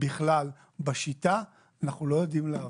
אנחנו לא יודעים לעבוד.